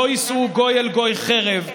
לא יישא גוי אל גוי חרב,